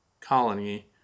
colony